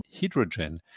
hydrogen